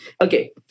Okay